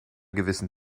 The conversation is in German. gewissen